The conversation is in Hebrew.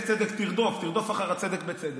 צדק צדק תרדוף, תרדוף אחר הצדק בצדק.